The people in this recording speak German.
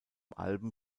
alben